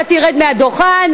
אתה תרד מהדוכן,